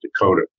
Dakota